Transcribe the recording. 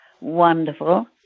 wonderful